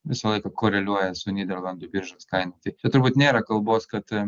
visą laiką koreliuoja su nyderlandų biržos kaina taip tai turbūt nėra kalbos kad